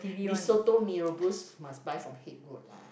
mee soto mee rebus must buy from Haig-Road lah